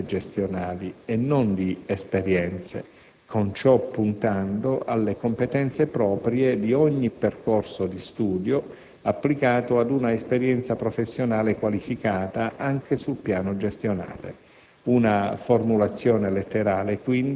L'articolo 6 parla di «competenze» gestionali e non di «esperienze», con ciò puntando alle «competenze» proprie di ogni percorso di studio applicato ad una esperienza professionale qualificata anche sul piano gestionale;